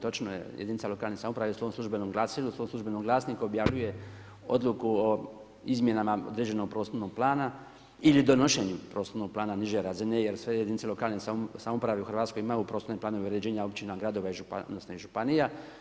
Točno je, jedinica lokalne samouprave u svom službenom glasilu, svom službenom glasniku objavljuje odluku o izmjenama određenog prostornog plana ili donošenju prostornog plana niže razine jer sve jedinice lokane samouprave u Hrvatskoj imaju prostorne planove uređenja općina, gradova, odnosno i županija.